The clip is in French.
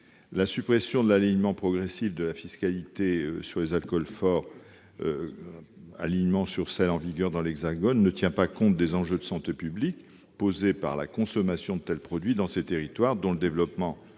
La suppression de l'alignement progressif de la fiscalité sur les alcools forts dans les outre-mer sur celle qui est en vigueur dans l'Hexagone ne tient pas compte des enjeux de santé publique posés par la consommation de tels produits dans ces territoires, laquelle entraîne